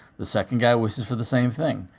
the second guy wishes for the same thing.